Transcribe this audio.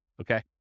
Okay